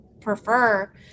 prefer